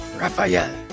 Raphael